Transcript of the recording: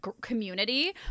community